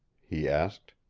he asked.